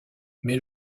mais